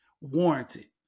warranted